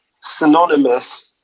synonymous